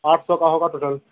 आठ सौ का होगा टोटल